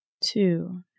two